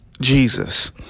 Jesus